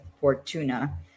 Fortuna